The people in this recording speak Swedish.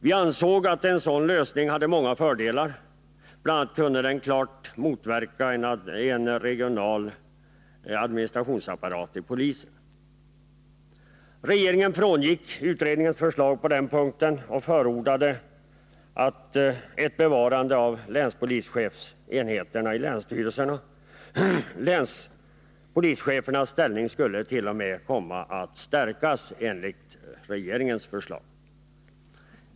Vi ansåg att en sådan lösning hade många fördelar; bl.a. kunde den klart motverka en regional administrationsapparat hos polisen. Regeringen frångick utredningens förslag på den punkten och förordade ett bevarande av länspolischefsenheterna i länsstyrelserna. Länspolischefernas ställning skulle t.o.m. komma att förstärkas enligt regeringens förslag.